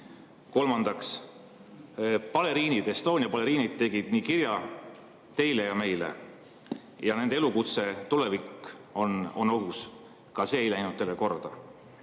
Kolmandaks, baleriinid. Estonia baleriinid saatsid kirja teile ja meile. Nende elukutse tulevik on ohus. Ka see ei läinud teile korda.